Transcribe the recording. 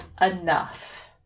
enough